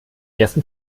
ersten